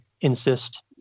insist